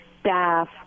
staff